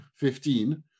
15